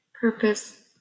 purpose